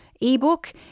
ebook